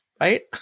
right